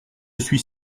suis